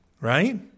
Right